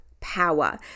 Power